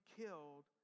killed